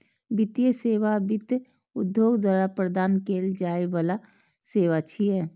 वित्तीय सेवा वित्त उद्योग द्वारा प्रदान कैल जाइ बला सेवा छियै